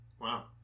Wow